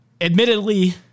admittedly